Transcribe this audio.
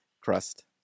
crust